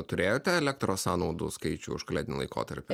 turėjote elektros sąnaudų skaičių už kalėdinį laikotarpį